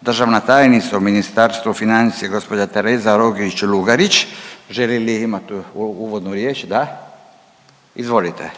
državna tajnica u Ministarstvu financija gospođa Tereza Rogić Lugarić. Želi li imati uvodnu riječ? Da. Izvolite.